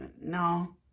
No